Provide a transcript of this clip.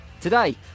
Today